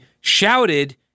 shouted